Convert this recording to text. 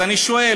אז אני שואל,